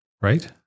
right